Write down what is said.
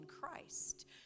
Christ